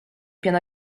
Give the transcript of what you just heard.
piano